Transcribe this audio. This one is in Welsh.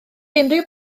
unrhyw